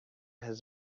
his